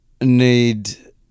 need